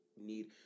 need